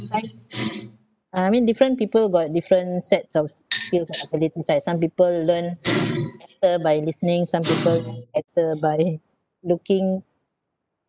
uh I mean different people got different sets of skills and abilities like some people learn better by listening some people learn better by looking